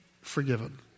forgiven